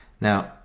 Now